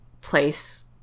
place